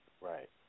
Right